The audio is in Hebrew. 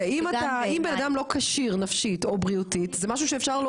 אם אתה בן אדם לא כשיר נפשית או בריאותית זה משהו שאפשר,